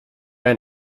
ein